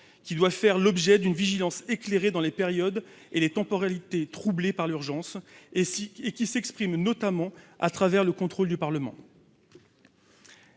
qui doit faire l'objet d'une vigilance éclairée dans les périodes et les temporalités troublées par l'urgence, notamment à travers le contrôle du Parlement.